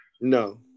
No